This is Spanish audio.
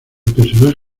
personaje